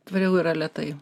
tvariau yra lėtai